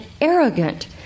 arrogant